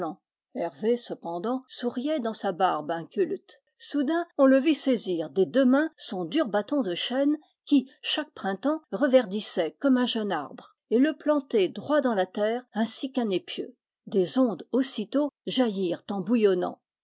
hervé cependant sou riait dans sa barbe inculte soudain on le vit saisir des deux mains son dur bâton de chêne qui chaque printemps reverdissait comme un jeune arbre et le planter droit dans la terre ainsi qu'un épieu des ondes aussitôt jaillirent